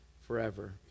forever